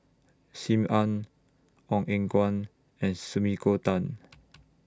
SIM Ann Ong Eng Guan and Sumiko Tan